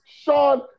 Sean